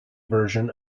version